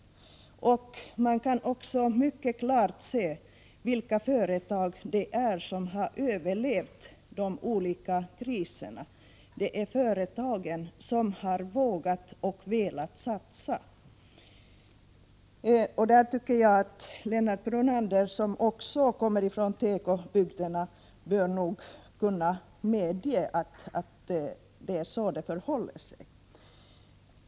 Man kan också mycket klart se vilka företag det är som har överlevt de olika kriserna. Det är de företag som har vågat och velat satsa. Lennart Brunander, som också kommer från tekobygderna, borde kunna medge att det är så det förhåller sig.